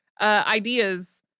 ideas